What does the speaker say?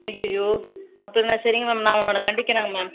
ஐயய்யோ அப்படின்னா சரிங்க மேம் நான் அவனை கண்டிகிறேங்க மேம்